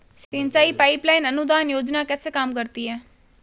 सिंचाई pipeline अनुदान योजना कैसे काम करती है?